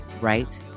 right